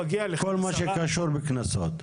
-- כל מה שקשור בקנסות.